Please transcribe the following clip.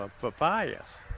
papayas